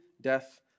death